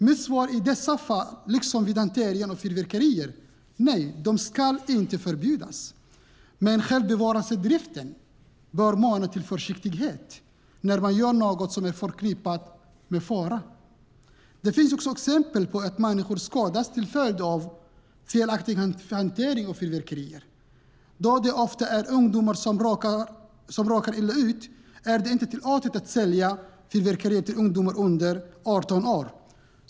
Mitt svar är i dessa fall, liksom när det gäller hanteringen av fyrverkerier: Nej, det ska inte förbjudas, men självbevarelsedriften bör mana till försiktighet när man gör något som är förknippat med fara. Det finns också exempel på att människor skadas till följd av felaktig hantering av fyrverkerier. Då det ofta är ungdomar som råkar illa ut är det inte tillåtet att sälja fyrverkerier till ungdomar under 18 år.